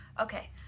okay